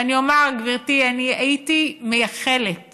ואני אומר, גברתי, שאני הייתי מייחלת